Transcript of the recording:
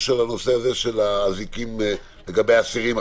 על הנושא הזה של האזיקים לגבי האסירים,